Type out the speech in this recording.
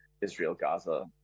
Israel-Gaza